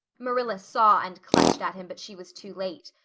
marilla saw and clutched at him but she was too late.